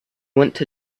went